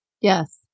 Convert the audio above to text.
Yes